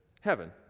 heaven